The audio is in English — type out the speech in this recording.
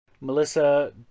melissa